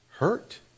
Hurt